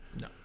No